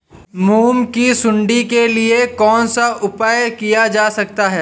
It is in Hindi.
मूंग की सुंडी के लिए कौन सा उपाय किया जा सकता है?